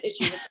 issue